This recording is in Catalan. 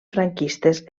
franquistes